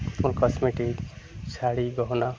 cosmetic sari গহনা